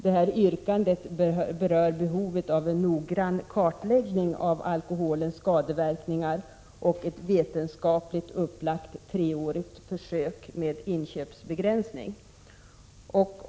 Detta yrkande berör behovet av en noggrann kartläggning av alkoholens skadeverkningar och ett vetenskapligt upplagt treårigt försök med inköpsbegränsning.